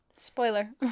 spoiler